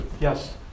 Yes